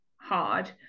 hard